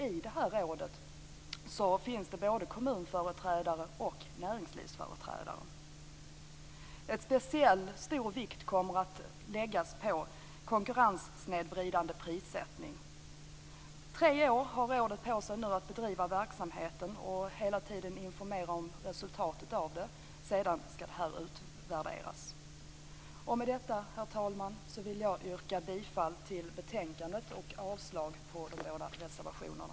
I det här rådet finns det både kommunföreträdare och näringslivsföreträdare. Speciellt stor vikt kommer att läggas vid konkurrenssnedvridande prissättning. Tre år har rådet på sig att bedriva verksamheten och att informera om resultatet av den. Sedan skall det hela utvärderas. Med detta, herr talman, yrkar jag bifall till hemställan i betänkandet samt avslag på de båda reservationerna.